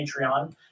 Patreon